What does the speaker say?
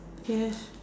yes